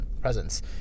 presence